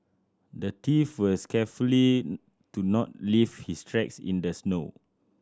the thief was carefully to not leave his tracks in the snow